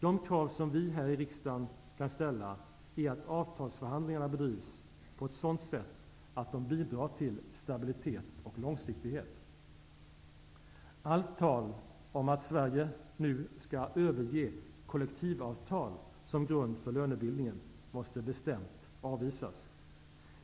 De krav som vi här i riksdagen kan ställa är att avtalsförhandlingarna bedrivs på ett sådant sätt att de bidrar till stabilitet och långsiktighet. Allt tal om att Sverige nu skall överge kollektivavtal som grund för lönebildningen måste bestämt avvisas.